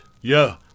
Yeah